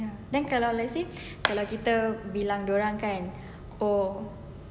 then kalau let's say kalau kita bilang dia orang kan oh